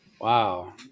Wow